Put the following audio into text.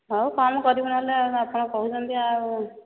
ହଉ କମ୍ କରିବି ନହେଲେ ଆପଣ କହୁଛନ୍ତି ଆଉ